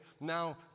Now